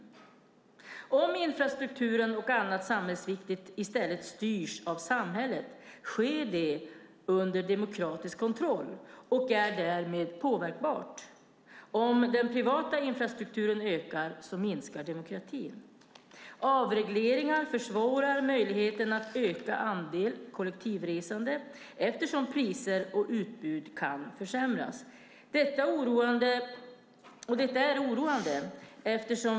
Om infrastrukturen och annat samhällsviktigt i stället styrs av samhället sker det under demokratisk kontroll och är därmed påverkbart. Den privata infrastrukturen minskar demokratin. Avregleringar försvårar möjligheten att öka andelen kollektivresande, eftersom priser och utbud kan försämras. Detta är oroande.